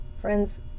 Friends